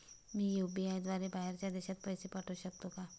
मी UPI द्वारे बाहेरच्या देशात पैसे पाठवू शकतो का?